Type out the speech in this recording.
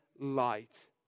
light